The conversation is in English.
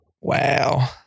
Wow